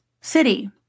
city